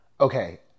Okay